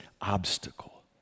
obstacle